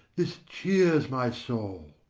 this cheers my soul!